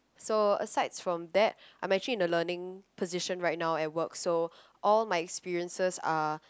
so asides from that I'm actually in a learning position right now at work so all my experiences are